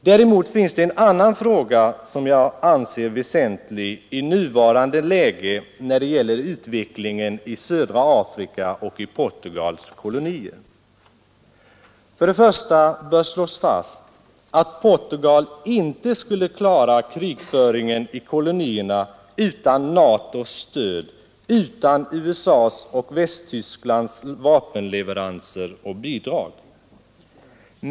Däremot finner jag i nuvarande läge en annan fråga vara väsentlig när det gäller utvecklingen i södra Afrika och i Portugals kolonier. Det bör slås fast att Portugal inte skulle klara krigföringen i kolonierna utan NATO:s stöd och utan USA:s och Västtysklands vapenleveranser och bidrag.